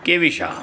કે વી શાહ